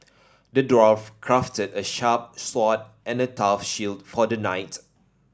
the dwarf crafted a sharp sword and a tough shield for the knight